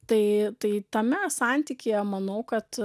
tai tai tame santykyje manau kad